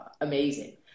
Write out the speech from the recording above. amazing